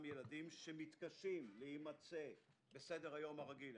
ילדים שמתקשים להימצא בסדר-היום הרגיל.